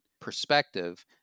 perspective